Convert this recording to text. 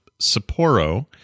Sapporo